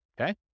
Okay